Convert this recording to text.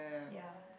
ya